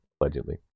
allegedly